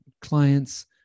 clients